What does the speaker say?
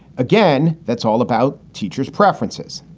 again, that's all about teachers preferences.